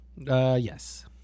Yes